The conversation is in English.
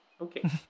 okay